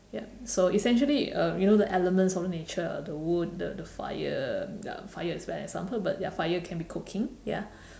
yup so essentially uh you know the elements of nature the wood the the fire ya fire is bad example but fire can be cooking ya